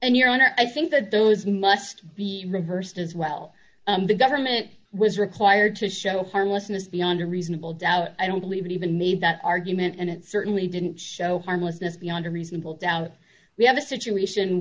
and your honor i think that those must be reversed as well the government was required to show harmlessness beyond a reasonable doubt i don't believe it even made that argument and it certainly didn't show harmlessness beyond a reasonable doubt we have a situation